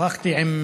שוחחתי עם